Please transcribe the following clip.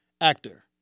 actor